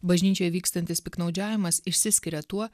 bažnyčioje vykstantis piktnaudžiavimas išsiskiria tuo